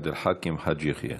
עבד אל חכים חג' יחיא.